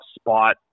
spot